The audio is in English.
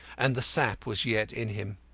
and the sap was yet in him.